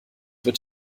wird